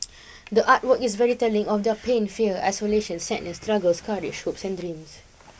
the art work is very telling of their pain fear isolation sadness struggles courage hopes and dreams